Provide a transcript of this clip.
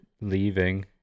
leaving